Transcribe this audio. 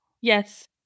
Yes